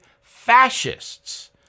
fascists